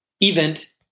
event